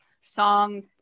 song